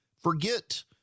Forget